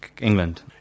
England